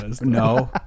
No